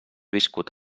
viscut